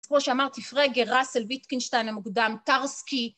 כמו שאמרתי, פרגר, ראסל, ויטקינשטיין המוקדם, טרסקי.